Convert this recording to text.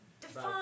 Define